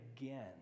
again